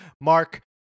Mark